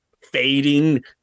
fading